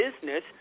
business –